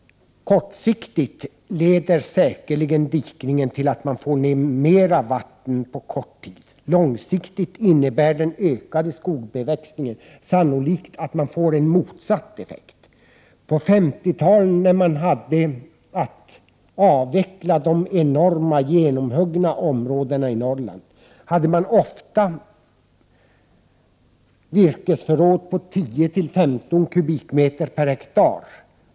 Kortsiktigt leder dikningen säkerligen till att man får ned mer vatten på kort tid. Långsiktigt innebär den ökade skogsbeväxningen sannolikt att man får en motsatt effekt. När man på 1950-talet hade att avveckla de enorma genomhuggna områdena i Norrland, hade man ofta virkesförråd på 10—15 m”/ha.